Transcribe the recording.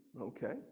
okay